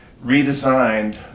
redesigned